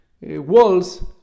walls